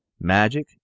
magic